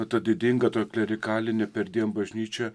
ta didinga klerikalinė perdien bažnyčia